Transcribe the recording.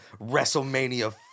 WrestleMania